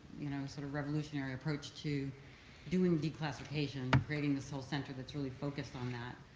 you know sort of revolutionary approach to doing declassification, grading the soul center that's really focused on that.